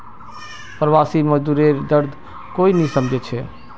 प्रवासी मजदूरेर दर्द कोई नी समझे छे